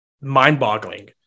mind-boggling